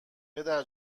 پدر